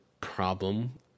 problem